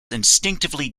instinctively